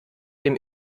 dem